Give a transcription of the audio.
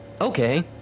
Okay